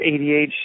ADHD